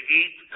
eat